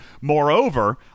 Moreover